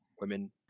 women